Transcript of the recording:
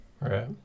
Right